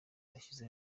bashyize